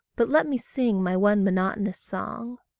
but let me sing my one monotonous song.